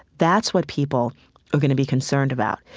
that's what people are going to be concerned about.